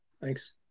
Thanks